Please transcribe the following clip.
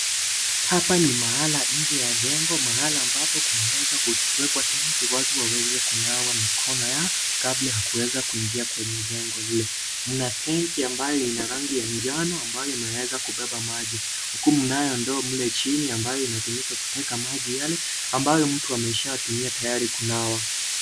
Hapa ni mahala nje ya jengo. Mahala ambapo kumeweza kuwekwa tenki watu waweze kunawa mikono yao kabla ya kuweza kuingia kwenye jengo hili. Mna tenki ambayo ina rangi ya njano ambayo inaweza kubeba maji. Huku mnayo ndoo mle chini ambayo inatumika kuteka maji yale ambayo mtu ameshatumia tayari kunawa.